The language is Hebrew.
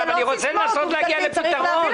אני רוצה לנסות להגיע לפתרון.